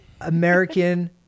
American